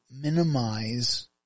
minimize